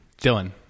Dylan